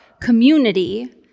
community